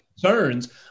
concerns